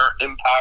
impact